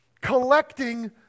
collecting